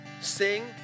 Sing